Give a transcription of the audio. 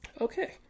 Okay